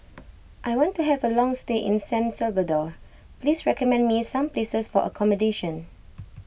I want to have a long stay in San Salvador please recommend me some places for accommodation